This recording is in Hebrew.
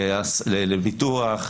לביטוח,